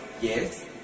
yes